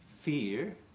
fear